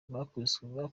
bakubiswe